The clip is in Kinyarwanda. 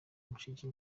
mushiki